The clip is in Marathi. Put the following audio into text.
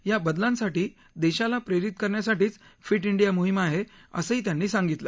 या बदलांसाठी देशाला प्रेरित करण्यासाठीच फिट इंडिया मोहीम आहे असं त्यांनी सांगितलं